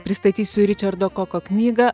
pristatysiu ričardo koko knygą